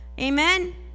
Amen